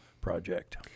project